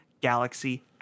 Galaxy